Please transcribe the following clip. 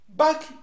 Back